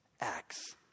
acts